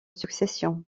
succession